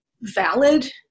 valid